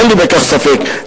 אין לי בכך ספק,